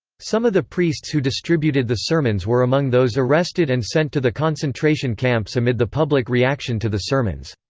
some of the priests who distributed the sermons were among those arrested and sent to the concentration camps amid the public reaction to the sermons.